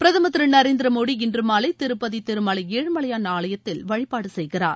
பிரதமர் திரு நரேந்திர மோடி இன்று மாலை திருப்பதி திருமலை ஏழுமலையான் ஆலயத்தில் வழிபாடு செய்கிறார்